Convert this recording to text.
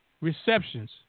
receptions